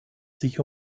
sich